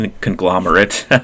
conglomerate